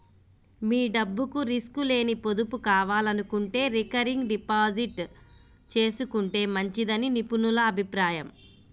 మీ డబ్బుకు రిస్క్ లేని పొదుపు కావాలనుకుంటే రికరింగ్ డిపాజిట్ చేసుకుంటే మంచిదని నిపుణుల అభిప్రాయం